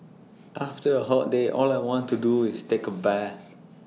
after A hot day all I want to do is take A bath